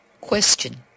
Question